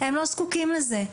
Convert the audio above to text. הם לא זקוקים לזה.